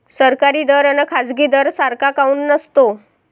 सरकारी दर अन खाजगी दर सारखा काऊन नसतो?